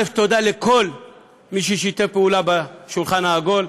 תודה לכל מי ששיתף פעולה בשולחן העגול,